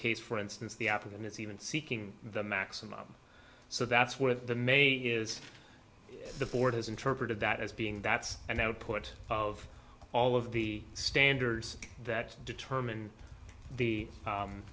case for instance the african is even seeking the maximum so that's where the may is the board has interpreted that as being that's an output of all of the standards that determine the